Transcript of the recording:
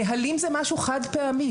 נהלים זה משהו חד פעמי.